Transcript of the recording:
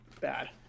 bad